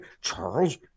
Charles